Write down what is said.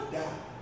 die